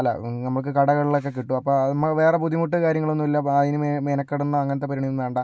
അല്ല നമുക്ക് കടകളിൽ ഒക്കെ കിട്ടും അപ്പോൾ അതിന്മേൽ വേറെ ബുദ്ധിമുട്ട് കാര്യങ്ങൾ ഒന്നുമില്ല അപ്പം അതിന് മെനക്കെടണ്ട അങ്ങനത്തെ പരുപാടിയൊന്നും വേണ്ട